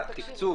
התקצוב